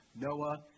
Noah